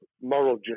moral